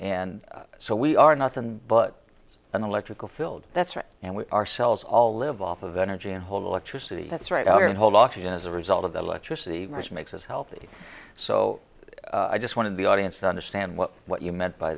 and so we are nothing but an electrical field that's right and we ourselves all live off of energy and hold the electricity that's right over the whole lot as a result of the electricity which makes us healthy so i just wanted the audience to understand what what you meant by